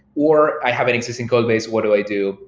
or i have an existing codebase. what do i do?